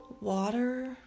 water